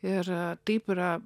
ir taip yra